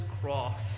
cross